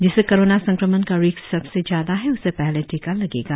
जिसे कोरोना संक्रमण का रिस्क सबसे ज्यादा है उसे पहले टीका लगेगा